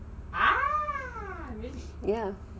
ya